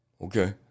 okay